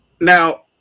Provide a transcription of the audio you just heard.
Now